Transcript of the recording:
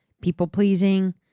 people-pleasing